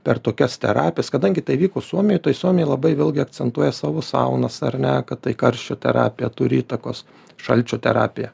per tokias terapijas kadangi tai vyko suomijoj suomiai labai vėlgi akcentuoja savo saunas ar ne kad tai karščio terapija turi įtakos šalčio terapija